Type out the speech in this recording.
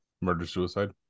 Murder-suicide